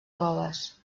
coves